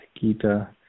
Gita